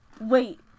Wait